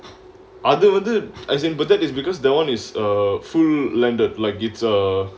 அது வந்து:athu vanthu as in but that is because that one is a full landed like gets a